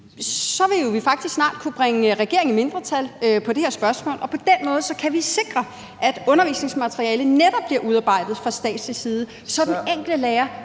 vil vi jo faktisk snart kunne bringe regeringen i mindretal på det her spørgsmål. Og på den måde kan vi sikre, at undervisningsmaterialet netop bliver udarbejdet fra statslig side, så den enkelte lærer